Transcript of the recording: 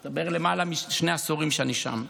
אני מדבר על למעלה משני עשורים שאני שם.